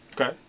Okay